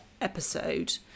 episode